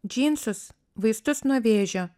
džinsus vaistus nuo vėžio